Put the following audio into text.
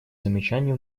замечаний